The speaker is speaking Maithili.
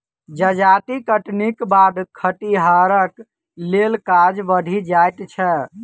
जजाति कटनीक बाद खतिहरक लेल काज बढ़ि जाइत छै